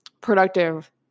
productive